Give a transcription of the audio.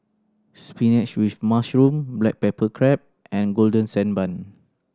spinach with mushroom black pepper crab and Golden Sand Bun